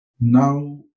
Now